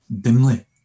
dimly